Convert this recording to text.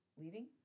leaving